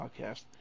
Podcast